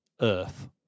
earth